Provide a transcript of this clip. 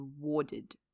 rewarded